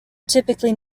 typically